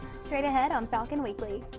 straight ahead on falcon weekly.